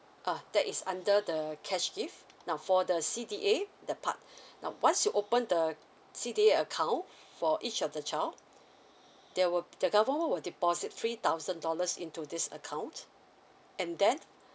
ah that is under the cash gift now for the C_D_A the part now once you open the C_D_A account for each of the child there will the government will deposit three thousand dollars into this account and then